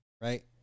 Right